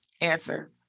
Answer